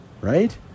right